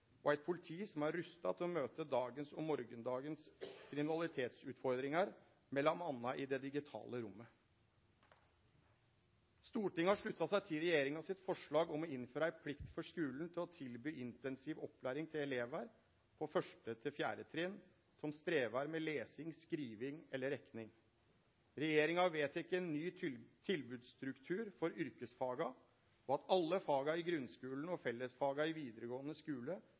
digitale rommet. Stortinget har slutta seg til regjeringa sitt forslag om å innføre ei plikt for skulen til å tilby intensiv opplæring til elevar på 1.–4. trinn som strevar med lesing, skriving eller rekning. Regjeringa har vedteke ny tilbodsstruktur for yrkesfaga og at alle faga i grunnskulen og fellesfaga i vidaregåande skule